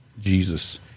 Jesus